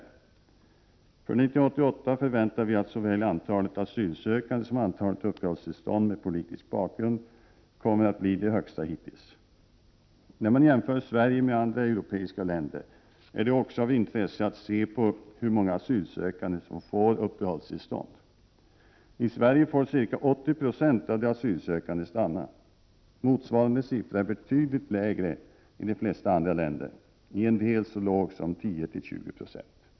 För 1988 förväntar vi att såväl antalet asylsökande som antalet uppehållstillstånd med politisk bakgrund kommer att bli det högsta hittills. När man jämför Sverige med andra europeiska länder är det också av intresse att se på hur många asylsökande som får uppehållstillstånd. I Sverige får ca 80 96 av de asylsökande stanna. Motsvarande siffra är betydligt lägre i de flesta andra länder, i en del så låg som 10—20 96.